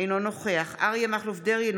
אינו נוכח אריה מכלוף דרעי,